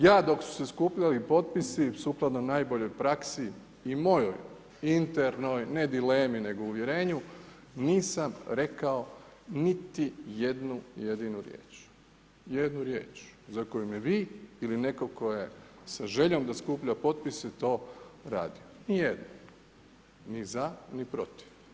Ja dok su se skupljali potpisi, sukladno najboljoj praksi i mojoj internoj, ne dilemi, nego uvjerenju, nisam rekao niti jednu jedinu riječ, jednu riječ za koju vi ili netko tko je sa željom da skuplja potpise to radio, nijednom, ni za, ni protiv.